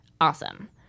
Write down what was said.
awesome